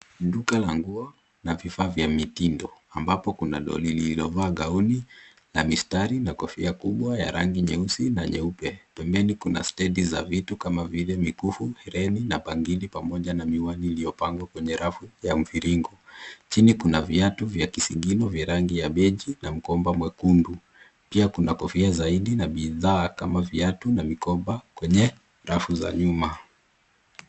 Duka la nguo na vifaa vya mitindo ambapo kuna doli lilovaa gauni na mistari na kofia kubwa ya rangi nyeusi na nyeupe, pembeni kuna stendi za vitu kama vile mikufu ,reli na bangili pamoja na miwani iliyopangwa kwenye rafu ya mviringo, chini kuna viatu vya kisigino vya rangi ya mechi na mkoba mwekundu ,pia kuna kofia zaidi na bidhaa kama viatu na mikoba kwenye rafu za nyuma.